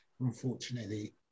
unfortunately